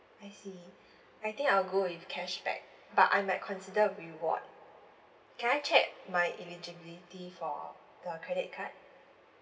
I see I think I'll go with cashback but I might consider reward can I check my eligibility for the credit card